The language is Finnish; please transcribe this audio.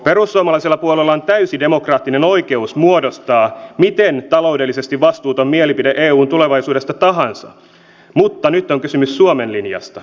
perussuomalaisella puolueella on täysi demokraattinen oikeus muodostaa miten taloudellisesti vastuuton mielipide eun tulevaisuudesta tahansa mutta nyt on kysymys suomen linjasta